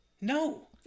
No